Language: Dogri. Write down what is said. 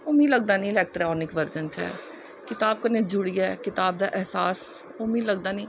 ओह् मी लगदा निं इलैक्ट्रानिक वर्जन च ऐ किताब कन्नै जुड़ियै किताब दा ऐह्सास ओह् मी लगदा निं